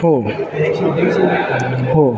हो हो